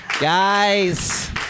Guys